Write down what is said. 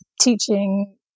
teaching